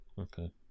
Okay